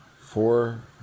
Four